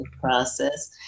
process